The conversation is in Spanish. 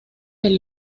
del